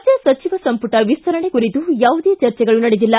ರಾಜ್ಯ ಸಚಿವ ಸಂಪುಟ ವಿಸ್ತರಣೆ ಕುರಿತು ಯಾವುದೇ ಚರ್ಚೆಗಳು ನಡೆದಿಲ್ಲ